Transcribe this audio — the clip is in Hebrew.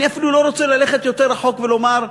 אני אפילו לא רוצה ללכת יותר רחוק ולומר,